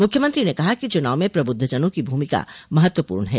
मुख्यमंत्री ने कहा कि चुनाव में प्रबुद्धजनों की भूमिका महत्वपूर्ण है